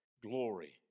Glory